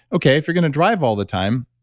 okay, if you're going to drive all the time,